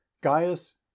Gaius